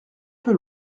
peu